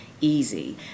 easy